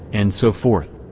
and so forth.